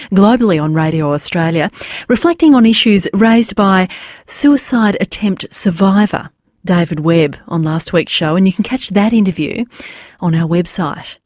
globally on radio australia reflecting on issues raised by suicide attempt survivor david webb on last week's show and you can catch that interview on our website.